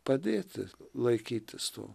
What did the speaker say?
padėti laikytis tų